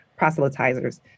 proselytizers